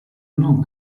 non